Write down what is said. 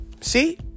See